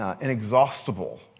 inexhaustible